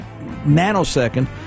nanosecond